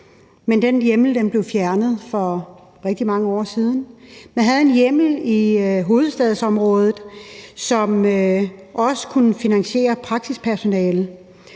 Men den hjemmel blev fjernet for rigtig mange år siden. Man havde en hjemmel i hovedstadsområdet, hvor man også kunne finansiere praksispersonalet